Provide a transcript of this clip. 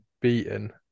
beaten